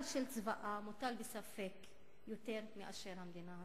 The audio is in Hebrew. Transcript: של צבאה מוטלים בספק יותר מאשר המדינה הזאת.